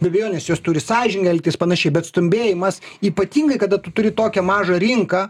be abejonės jos turi sąžingai elgtis panašiai bet stumbėjimas ypatingai kada tu turi tokią mažą rinką